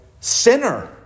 sinner